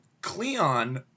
Cleon